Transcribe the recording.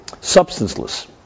substanceless